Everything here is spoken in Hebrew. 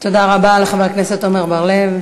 תודה רבה לחבר הכנסת עמר בר-לב.